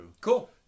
Cool